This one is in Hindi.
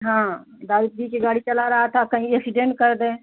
हाँ दारू पी कर गाड़ी चला रहा था कहीं एक्सीडेंट कर दे